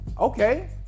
Okay